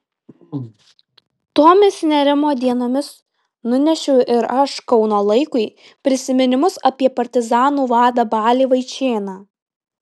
tomis nerimo dienomis nunešiau ir aš kauno laikui prisiminimus apie partizanų vadą balį vaičėną